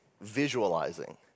visualizing